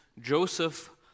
Joseph